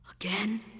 Again